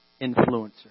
influencer